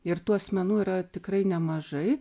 ir tų asmenų yra tikrai nemažai